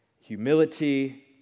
humility